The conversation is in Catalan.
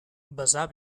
vessar